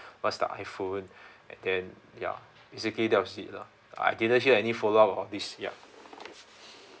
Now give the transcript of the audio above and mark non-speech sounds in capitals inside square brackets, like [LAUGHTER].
what's the iPhone [BREATH] and then ya [BREATH] basically that was it lah I didn't hear any follow up of this ya